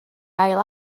ail